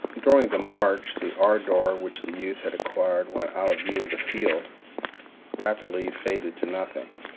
during the march the ardor which the youth had acquired when out of view of the field rapidly faded to nothing.